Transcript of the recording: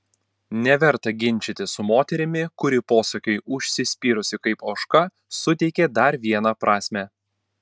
neverta ginčytis su moterimi kuri posakiui užsispyrusi kaip ožka suteikė dar vieną prasmę